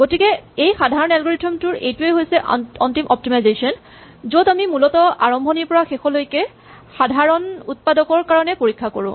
গতিকে এই সাধাৰণ এলগৰিথম টোৰ এইটোৱেই হৈছে অন্তিম অপ্তিমাইজেচন য'ত আমি মূলতঃ আৰম্ভণিৰ পৰা শেষলৈকে সাধাৰণ উৎপাদকৰ কাৰণে পৰীক্ষা কৰো